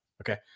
Okay